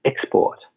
export